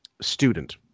student